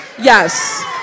Yes